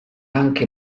anche